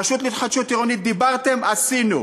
רשות להתחדשות עירונית, דיברתם, עשינו.